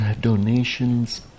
donations